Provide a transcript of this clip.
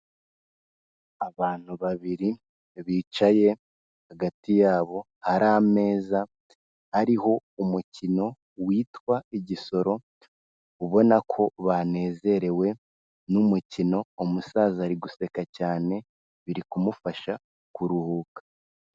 Abantu babiri bicaye hagati yabo hari ameza ariho umukino witwa igisoro ubona ko banezerewe n'umukino, umusaza ari guseka cyane biri kumufasha kuruhuka.